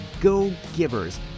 go-givers